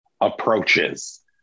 approaches